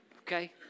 Okay